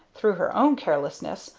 through her own carelessness,